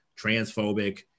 transphobic